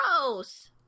gross